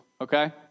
Okay